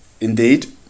Indeed